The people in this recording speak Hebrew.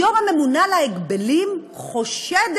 היום הממונה על ההגבלים חושדת